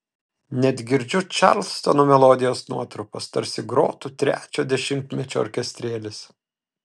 net girdžiu čarlstono melodijos nuotrupas tarsi grotų trečio dešimtmečio orkestrėlis